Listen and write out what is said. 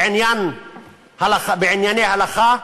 בענייני הלכה,